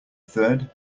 third